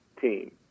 team